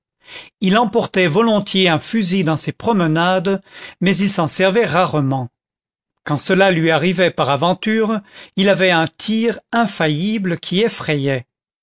il emportait volontiers un fusil dans ses promenades mais il s'en servait rarement quand cela lui arrivait par aventure il avait un tir infaillible qui effrayait